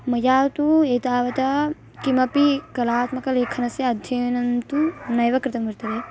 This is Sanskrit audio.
मया तु एतावत् किमपि कलात्मकलेखनस्य अध्ययनं तु नैव कृतं वर्तते